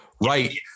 right